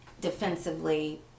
defensively